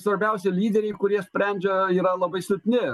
svarbiausia lyderiai kurie sprendžia yra labai silpni